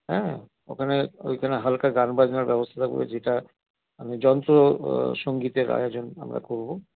হ্যাঁ ওখানে ওইখানে হালকা গান বাজনার ব্যবস্থা থাকবে যেটা আমি যন্ত্র সঙ্গীতের আয়োজন আমরা করবো